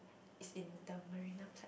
it's in the Marina platform